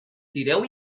tireu